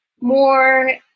more